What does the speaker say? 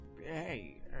hey